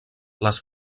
les